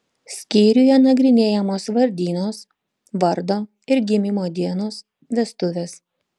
skyriuje nagrinėjamos vardynos vardo ir gimimo dienos vestuvės